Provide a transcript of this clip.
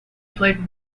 played